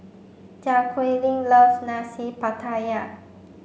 Jaquelin loves Nasi Pattaya